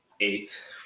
Eight